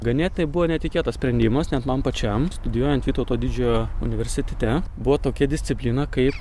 ganėtinai buvo netikėtas sprendimas net man pačiam studijuojant vytauto didžiojo universitete buvo tokia disciplina kaip